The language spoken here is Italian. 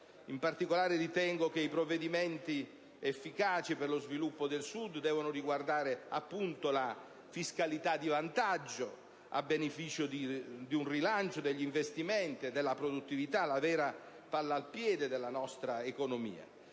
in particolare, ritengo che i provvedimenti efficaci per lo sviluppo del Sud debbano riguardare la fiscalità di vantaggio, a beneficio di un rilancio degli investimenti e della produttività, la vera «palla al piede» della nostra economia.